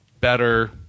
better